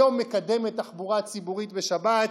זו מקדמת תחבורה ציבורית בשבת,